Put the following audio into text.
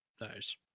Nice